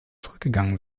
zurückgegangen